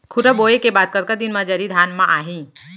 खुर्रा बोए के बाद कतका दिन म जरी धान म आही?